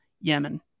yemen